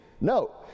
No